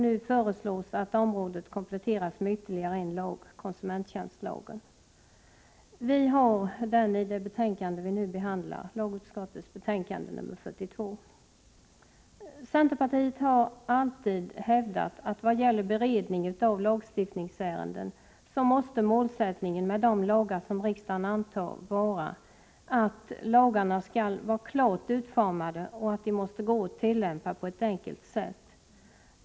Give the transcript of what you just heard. Nu föreslås att området kompletteras med ytterligare en lag — konsumenttjänstlagen. Den behandlas i det betänkande som vi här debatterar — lagutskottets betänkande nr 42. Vad gäller beredning av lagstiftningsärenden har centerpartiet alltid hävdat att målsättningen med de lagar som riksdagen antar måste vara att lagarna skall vara klart utformade och att de skall gå att tillämpa på ett enkelt sätt.